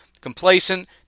Complacent